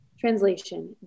translation